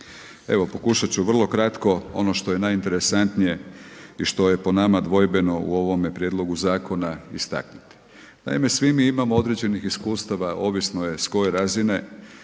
Evo, pokušati ću vrlo kratko ono što je najinteresantnije i što je po nama dvojbeno u ovome prijedlogu zakona istaknuti. Naime, svi mi imamo određenih iskustava, ovisno je s koje razine,